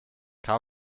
kann